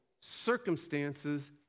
circumstances